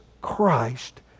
Christ